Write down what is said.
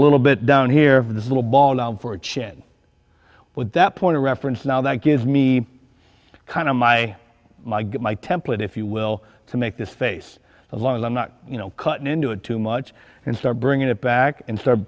little bit down here for this little ball and for a chin with that point of reference now that gives me kind of my my get my template if you will to make this face as long as i'm not you know cut into it too much and start bringing it back and start